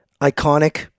iconic